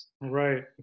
right